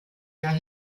jahr